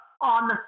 on